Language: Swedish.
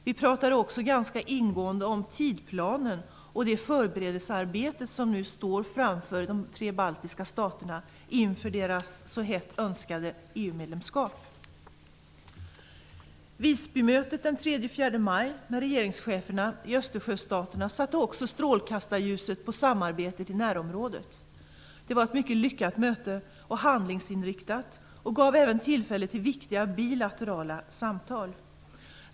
Vi talade också ganska ingående om tidsplanen och det förberedelsearbete som nu ligger framför de baltiska staterna inför deras så hett önskade EU-medlemskap. Östersjöstaterna satte också strålkastarljuset på samarbetet i närområdet. Det var ett mycket lyckat och handlingsinriktat möte, och det gav även tillfälle till viktiga bilaterala samtal.